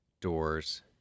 Doors